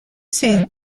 ces